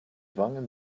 wangen